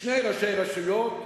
שני ראשי רשויות,